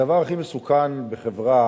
הדבר הכי מסוכן בחברה